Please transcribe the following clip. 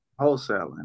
wholesaling